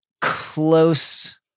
close